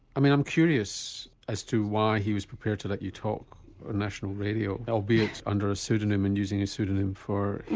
i mean i'm curious as to why he was prepared to let you talk on national radio albeit under a pseudonym and using a pseudonym for him.